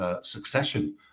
succession